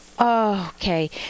okay